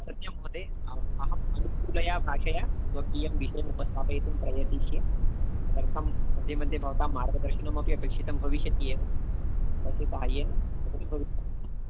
सत्यं महोदय अहम् अनुकूलया भाषया स्वकीयं विषयमुपस्थापयितुं प्रयतिष्ये तदर्थं मध्ये मध्ये भवतां मार्गदर्शनमपि अपेक्षितं भविष्यति एव तस्य साहाय्येन तदपि भविष्यामि